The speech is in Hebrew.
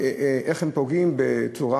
איך הם פוגעים בצורה